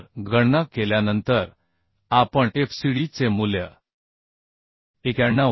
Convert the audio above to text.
तर गणना केल्यानंतर आपण FCD चे मूल्य 91